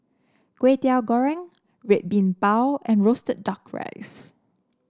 Kway Teow Goreng Red Bean Bao and roasted duck rice